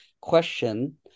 question